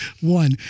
one